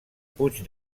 puig